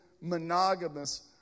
monogamous